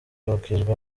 bakizwa